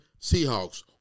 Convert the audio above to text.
Seahawks